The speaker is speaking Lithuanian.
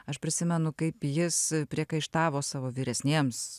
aš prisimenu kaip jis priekaištavo savo vyresniems